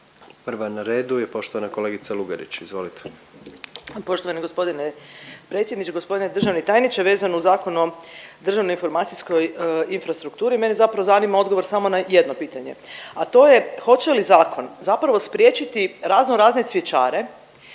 prva na redu je poštovana kolegica Lugarić. Izvolite. **Lugarić, Marija (SDP)** Poštovani g. predsjedniče, g. državni tajniče. Vezano uz Zakon o državnoj informacijskoj infrastrukturi mene zapravo zanima odgovor samo na jedno pitanje, a to je hoće li zakon zapravo spriječiti raznorazne cvjećare